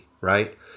right